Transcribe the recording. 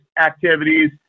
activities